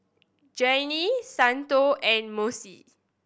Jeane Santo and Mossie